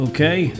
Okay